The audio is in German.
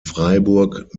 freiburg